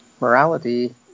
morality